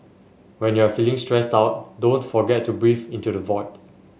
when you are feeling stressed out don't forget to breathe into the void